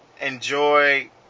Enjoy